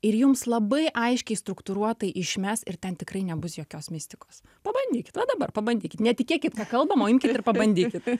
ir jums labai aiškiai struktūruotai išmes ir ten tikrai nebus jokios mistikos pabandykit va dabar pabandykit netikėkit ką kalbam o imkit ir pabandykit